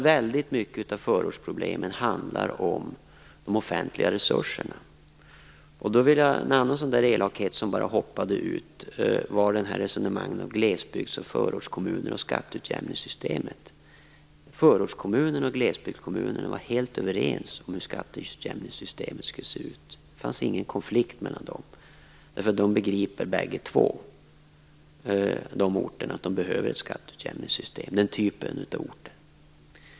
Väldigt mycket av förortsproblemen handlar om de offentliga resurserna. En annan elakhet som bara hoppade ut var resonemanget om glesbygdskommuner, förortskommuner och skatteutjämningssystemet. Förortskommunerna och glesbygdskommunerna var helt överens om hur skatteutjämningssystemet skulle se ut. Det fanns igen konflikt mellan dem. De begriper bägge två att den typen av orter behöver ett skatteutjämningssystem.